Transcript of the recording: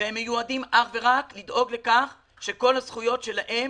והם מיועדים אך ורק כדי לדאוג לכך שכל הזכויות שלהם